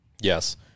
Yes